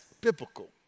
biblical